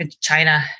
China